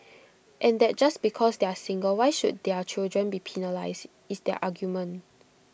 and that just because they are single why should their children be penalised is their argument